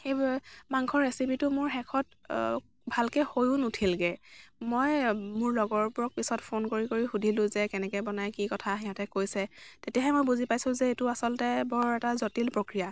সেই মাংসৰ ৰেচিপিটো মোৰ শেষত ভালকৈ হৈও নুঠিলগৈ মই মোৰ লগৰবোৰক পিছত ফোন কৰি কৰি সুধিলোঁ যে কেনেকৈ বনায় কি কথা সিহঁতে কৈছে তেতিয়াহে মই বুজি পাইছোঁ যে এইটো আচলতে বৰ এটা জটিল প্ৰক্ৰিয়া